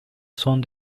son